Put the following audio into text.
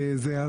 וזה אז